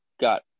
got